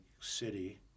city